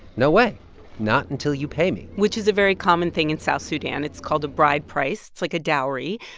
no way not until you pay me which is a very common thing in south sudan it's called a bride price. it's like a dowry.